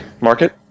market